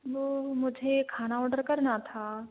वो मुझे खाना ऑडर करना था